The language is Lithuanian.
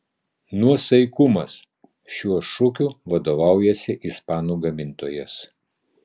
nuosaikumas šiuo šūkiu vadovaujasi ispanų gamintojas